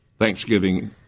Thanksgiving